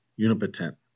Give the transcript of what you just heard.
unipotent